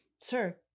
sir